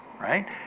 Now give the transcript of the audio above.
right